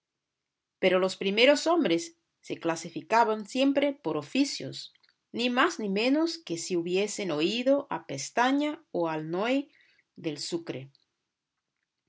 pero los primeros hombres se clasificaban siempre por oficios ni más ni menos que si hubiesen oído a pestaña o al noy del sucre